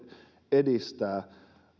edistää olen